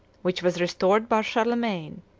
which was restored by charlemagne,